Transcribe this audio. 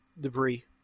debris